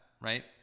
right